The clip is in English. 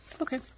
Okay